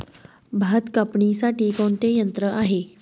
भात कापणीसाठी कोणते यंत्र आहे?